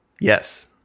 Yes